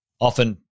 often